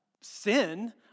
sin